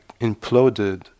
imploded